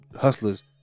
hustlers